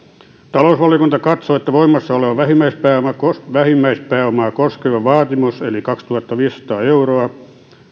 talousvaliokunta katsoo että voimassa oleva vähimmäispääomaa koskeva vaatimus eli kaksituhattaviisisataa euroa